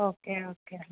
okay okay